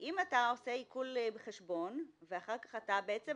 אם אתה עושה עיקול בחשבון ואחר כך אתה בעצם